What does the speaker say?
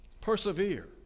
Persevere